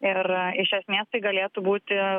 ir iš esmės tai galėtų būti